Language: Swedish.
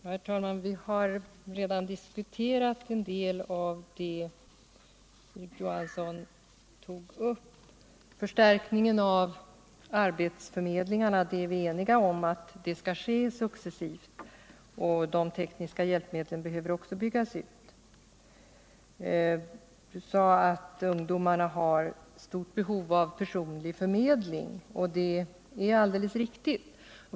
Herr talman! Vi har redan diskuterat en del av det som Erik Johansson i Simrishamn tog upp. Vi är eniga om att förstärkningen av arbetsförmedlingarna skall ske successivt. De tekniska hjälpmedlen behöver också byggas ut. Erik Johansson sade att ungdomarna har stort behov av personlig förmedling. Detta är alldeles riktigt.